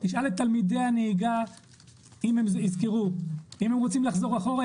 תשאל את תלמידי הנהיגה אם הם יזכרו אם הם רוצים לחזור אחורה,